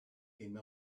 came